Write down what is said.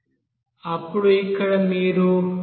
అప్పుడు ఇక్కడ మీరు Vin